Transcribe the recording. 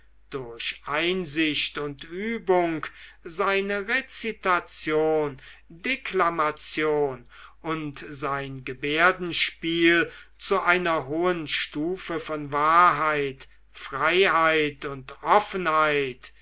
durch einsicht und übung seine rezitation deklamation und sein gebärdenspiel zu einer hohen stufe von wahrheit freiheit und offenheit